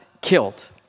killed